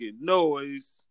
noise